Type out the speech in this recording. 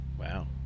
Wow